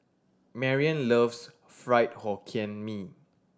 Marrion loves Fried Hokkien Mee